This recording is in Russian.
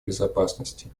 безопасности